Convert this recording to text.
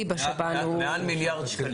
מעל מיליארד שקלים.